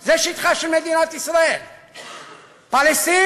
זה שטחה של מדינת ישראל, פלסטין,